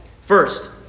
First